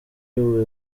you